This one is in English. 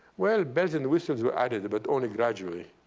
well, bells and whistles were added, but only gradually.